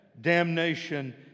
damnation